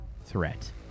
threat